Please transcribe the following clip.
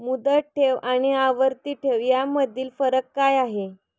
मुदत ठेव आणि आवर्ती ठेव यामधील फरक काय आहे?